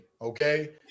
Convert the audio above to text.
okay